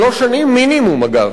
שלוש שנים מינימום, אגב.